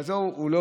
באזור ההוא.